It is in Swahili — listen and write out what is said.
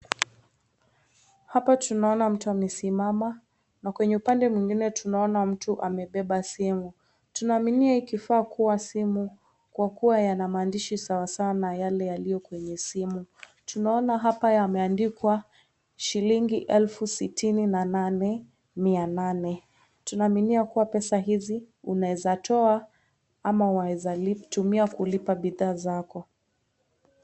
Hapa tunaona mtu amesimama na kwenye upande mwingine tunaona mtu amebeba simu, tunaaminia hii kifaa kuwa simu kwa kuwa yana maandishi sawa sawa na yale kwenye simu. Tunaona hapa yameandikwa shilingi elfu sitini na nane mia nane, tunaaminia kuwa pesa hizi unaeza toa ama waeza tumia kulipa bidhaa zako.